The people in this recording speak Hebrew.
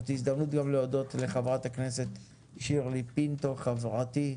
זאת הזדמנות גם להודות לחברת הכנסת שירלי פינטו ,חברתי,